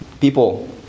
People